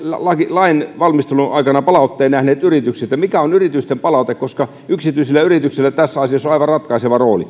lainvalmistelun aikana nähnyt palautteen yrityksiltä mikä on yritysten palaute koska yksityisillä yrityksillä tässä asiassa on aivan ratkaiseva rooli